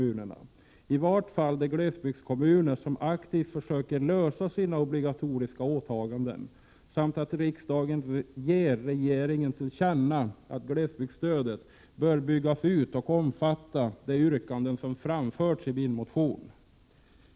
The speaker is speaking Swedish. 1987/88:127 kommunerna, i vart fall de glesbygdskommuner som aktivt försöker klara 26 maj 1988 sina obligatoriska åtaganden, samt att riksdagen ger regeringen till känna att glesbygdsstödet bör byggas ut till att omfatta det som jag har yrkat i min motion.